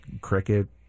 cricket